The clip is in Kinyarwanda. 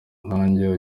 nkanjye